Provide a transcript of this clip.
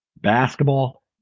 basketball